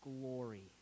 glory